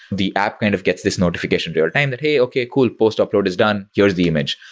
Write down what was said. the app kind of gets this notification real-time that, hey! okay, cool! post upload is done. here's the image.